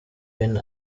ben